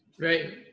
right